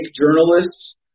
journalists